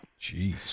Jeez